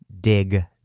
Dig